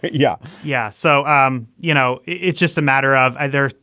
but yeah. yeah. so, um you know, it's just a matter of either,